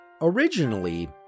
Originally